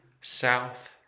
south